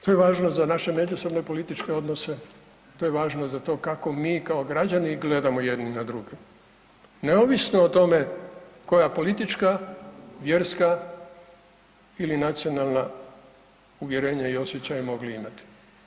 To je važno za naše međusobne političke odnose, to je važno kako mi kao građani gledamo jedni na druge, neovisno o tome koja politička, vjerska ili nacionalna uvjerenja i osjećaje mogli imati.